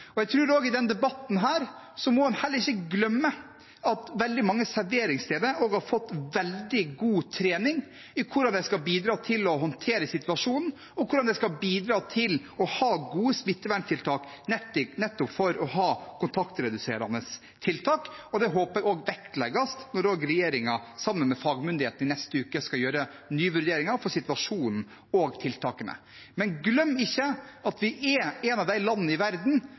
Jeg tror også at en i denne debatten heller ikke må glemme at veldig mange serveringssteder har fått veldig god trening i hvordan de skal bidra til å håndtere situasjonen, og hvordan de skal bidra til å ha gode smitteverntiltak ved nettopp å ha kontaktreduserende tiltak. Det håper jeg også vektlegges når regjeringen sammen med fagmyndighetene i neste uke skal gjøre nye vurderinger av situasjonen og tiltakene. Men glem ikke at vi er et av de landene i verden